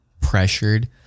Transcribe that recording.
pressured